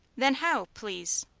then how, please?